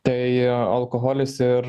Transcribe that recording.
tai alkoholis ir